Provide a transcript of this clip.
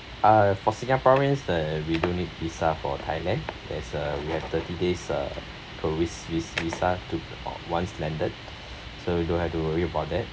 uh for singaporeans uh we don't need visa for thailand there's uh we have thirty days uh tourist vis~ visa to o~ once landed so you don't have to worry about that